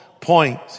point